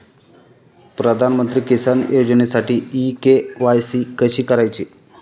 प्रधानमंत्री किसान योजनेसाठी इ के.वाय.सी कशी करायची?